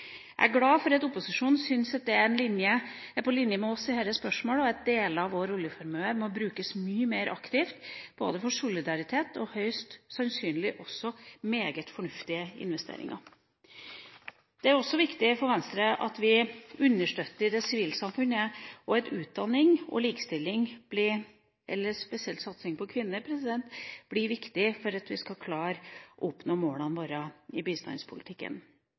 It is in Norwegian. Jeg er glad for at opposisjonen synes å være på linje med oss i spørsmålet om at deler av vår oljeformue må brukes mye mer aktivt i fattige land. Det er både solidarisk og høyst sannsynlig også meget fornuftige investeringer. Det er også viktig for Venstre at vi understøtter det sivile samfunnet. Utdanning og likestilling, og spesielt satsing på kvinner, er viktig for at vi skal klare å oppnå målene våre i bistandspolitikken.